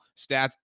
stats